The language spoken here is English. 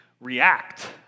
react